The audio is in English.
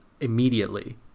immediately